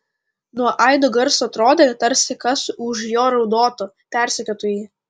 nuo aido garso atrodė tarsi kas už jo raudotų persekiotų jį